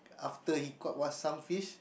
after he caught what some fish